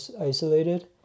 isolated